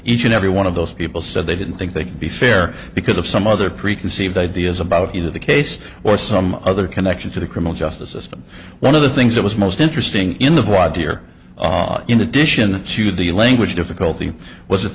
each and every one of those people said they didn't think they could be fair because of some other preconceived ideas about either the case or some other connection to the criminal justice system one of the things that was most interesting in the fraud here in addition to the language difficulty was